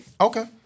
Okay